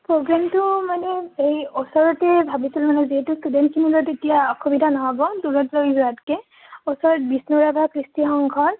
প্ৰগ্ৰেমটো মানে এই ওচৰতে ভাবিছিলোঁ মানে যিহেতু ষ্টুডেণ্টখিনিৰো তেতিয়া অসুবিধা নহ'ব দূৰত লৈ যোৱাতকৈ ওচৰত বিষ্ণু ৰাভা কৃষ্টি সংঘৰ